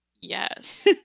yes